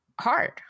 hard